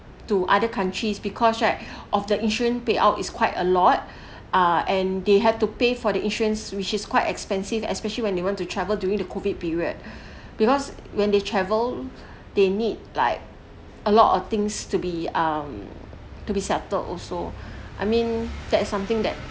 to other countries because right of the insurance payout is quite a lot uh and they had to pay for the insurance which is quite expensive especially when they want to travel during the COVID period because when they travel they need like a lot of things to be um to be settled also I mean that is something that